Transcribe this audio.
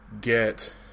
get